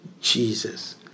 Jesus